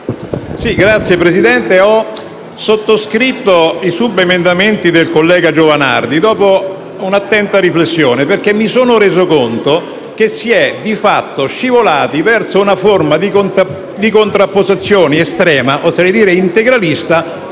Signor Presidente, ho sottoscritto alcuni subemendamenti del collega Giovanardi dopo un'attenta riflessione. Mi sono reso conto, infatti, che si è scivolati verso una forma di contrapposizione estrema, oserei dire integralista,